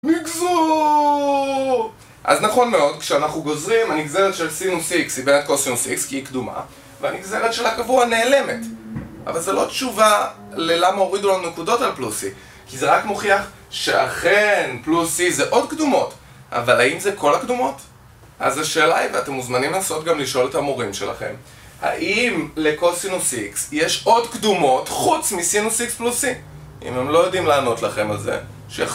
נגזור! אז נכון מאוד, כשאנחנו גוזרים, הנגזרת של סינוס x היא בין הקוסינוס x, כי היא קדומה, והנגזרת של הקבוע נעלמת. אבל זו לא תשובה ללמה הורידו לנו נקודות על פלוס c, כי זה רק מוכיח שאכן, פלוס c זה עוד קדומות, אבל האם זה כל הקדומות? אז השאלה היא, ואתם מוזמנים לנסות גם לשאול את המורים שלכם, האם לקוסינוס x יש עוד קדומות חוץ מסינוס x פלוס c? אם הם לא יודעים לענות לכם על זה, שיח..